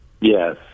Yes